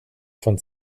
von